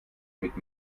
mit